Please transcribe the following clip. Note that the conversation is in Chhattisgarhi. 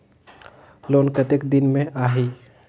लोन कतेक दिन मे आही?